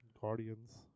Guardians